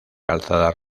calzada